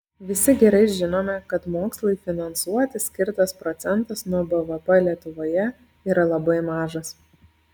visi gerai žinome kad mokslui finansuoti skirtas procentas nuo bvp lietuvoje yra labai mažas